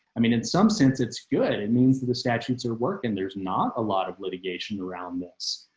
i mean, in some sense, it's good. it means the the statutes are working. there's not a lot of litigation around this.